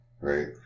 Right